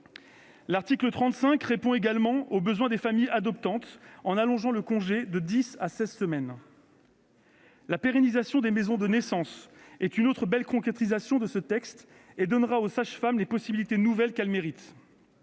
ce texte répond également aux besoins des familles adoptantes, en allongeant le congé de dix à seize semaines. La pérennisation des maisons de naissance est une autre belle concrétisation de ce projet de loi et donnera aux sages-femmes les possibilités nouvelles qu'elles méritent.